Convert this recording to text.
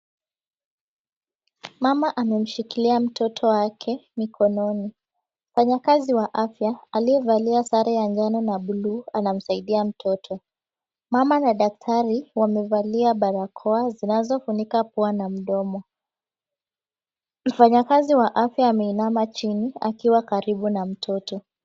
Mama amemshikilia mtoto wake mikononi. Mfanyikazi wa afya aliyevalia sare ya njano na buluu anamsaidia mtoto. Mama na daktari wamevalia barakoa zinazofunika pua na mdomo. Mfanyakazi wa afya ameinama chini akiwa karibu na mtoto.